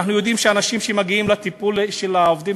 אנחנו יודעים שאנשים שמגיעים לטיפול של העובדים